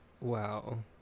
Wow